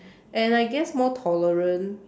and I guess more tolerant